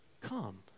come